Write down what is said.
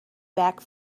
back